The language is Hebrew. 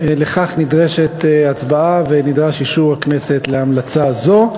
לכך נדרשת הצבעה ונדרש אישור הכנסת להמלצה זו.